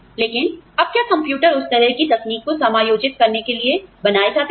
लेकिन अब क्या कंप्यूटर उस तरह की तकनीक को समायोजित करने के लिए बनाए जाते हैं